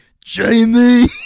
Jamie